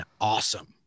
awesome